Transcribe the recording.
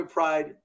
Pride